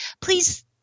please